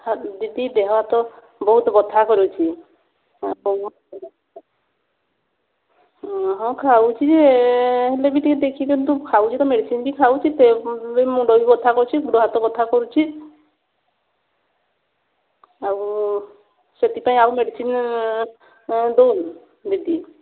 ଦିଦି ଦେହ ହାତ ବହୁତ ବ୍ୟଥା କରୁଛି ହଁ ଖାଉଛି ଯେ ହେଲେ ବି ଟିକେ ଦେଖି ଦିଅନ୍ତୁ ଖାଉଛି ତ ମେଡ଼ିସିନ୍ ବି ଖାଉଛି ତେବେ ବି ମୁଣ୍ଡ ବି ବଥା କରୁଛି ଗୁଡ଼ ହାତ ବଥା କରୁଛି ଆଉ ସେଥିପାଇଁ ଆଉ ମେଡ଼ିସିନ୍ ଦେଉନ ଦିଦି